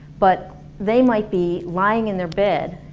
but they might be lying in their bed